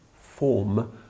form